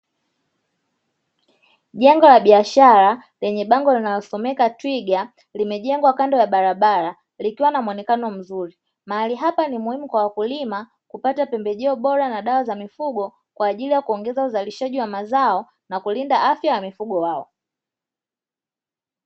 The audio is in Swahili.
Jengo la biashara lenye bango linalosomeka twiga limejengwa kando ya barabara likiwa na muonekano mzuri, mahali hapa ni muhimu kwa wakulima kupata pembejeo bora na dawa za mifugo kwa ajili ya kuongeza uzalishaji wa mazao na kulinda afya ya mifugo wao.